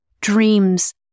dreams